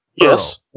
Yes